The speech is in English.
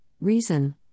reason